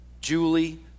Julie